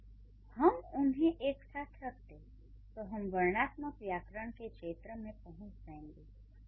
यदि हम उन्हें एक साथ रख दें तो हम वर्णनात्मक व्याकरण के क्षेत्र में पहुँच जाएँगे